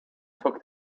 took